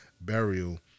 burial